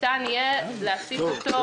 ניתן יהיה להסיט אותו,